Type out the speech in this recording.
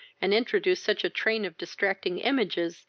and introduced such a train of distracting images,